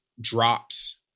drops